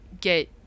get